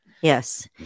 yes